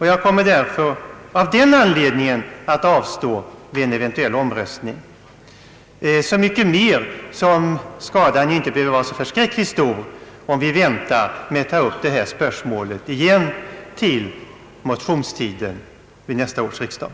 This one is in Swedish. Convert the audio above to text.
Jag kommer av den anledningen att avstå vid en eventuell omröstning, så mycket mer som skadan inte behöver bli särskilt stor om vi väntar med att ta upp detta spörsmål till motionstiden vid nästa års riksdag.